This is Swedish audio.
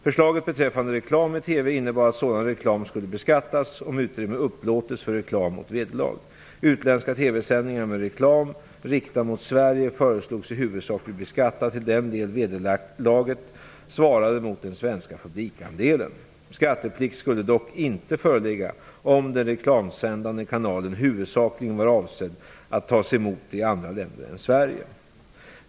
Förslaget beträffande reklam i TV innebar att sådan reklam skulle beskattas om utrymme upplåtits för reklam mot vederlag. Utländska TV-sändningar med reklam riktad mot Sverige föreslogs i huvudsak bli beskattade till den del vederlaget svarade mot den svenska publikandelen. Skatteplikt skulle dock inte föreligga om den reklamsändande kanalen huvudsakligen var avsedd att tas emot i andra länder än Sverige.